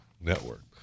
Network